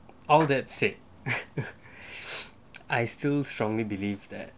all that said I still strongly believe that